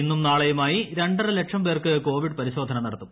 ഇന്നും നാളെയുമായി രണ്ടര ലക്ഷം പേർക്ക് കോവിഡ് പരിശോധന നടത്തും